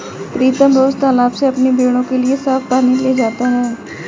प्रीतम रोज तालाब से अपनी भेड़ों के लिए साफ पानी ले जाता है